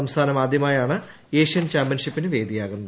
സംസ്ഥാനം ആദ്യമായാണ് ഏഷ്യൻ ചാംപ്യൻഷിപ്പിനു വേദിയാകുന്നത്